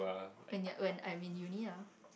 when when I'm in Uni ah